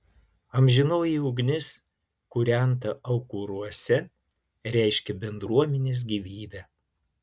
amžinoji ugnis kūrenta aukuruose reiškė bendruomenės gyvybę